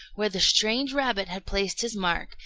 where the strange rabbit had placed his mark,